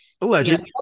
alleged